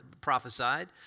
prophesied